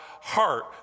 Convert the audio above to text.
heart